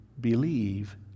believe